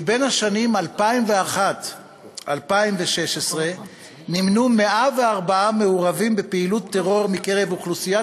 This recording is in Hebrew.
כי בשנים 2001 2016 נמנו 104 מעורבים בפעילות טרור מקרב אוכלוסיית